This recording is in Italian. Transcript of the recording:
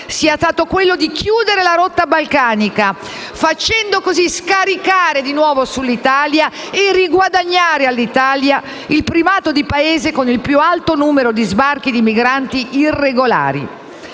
sia stato quello di chiudere la rotta balcanica, facendo così scaricare sull'Italia e riguadagnare alla stessa il primato di Paese con il più alto numero di sbarchi di migranti irregolari.